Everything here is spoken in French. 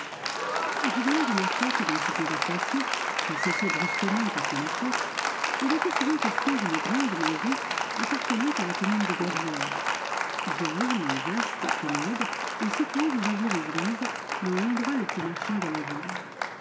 julien remarqua que dans ces conversations qui cessaient brusquement à son approche il était souvent question d'une grande maison appartenant à la commune de verrières vieille mais vaste et commode et située vis-à-vis l'église dans l'endroit le plus marchand de la ville